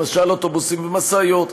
למשל אוטובוסים ומשאיות.